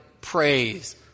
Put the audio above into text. praise